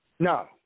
No